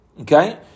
Okay